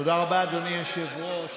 תודה רבה, אדוני היושב-ראש.